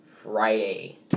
Friday